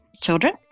children